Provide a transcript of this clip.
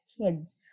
kids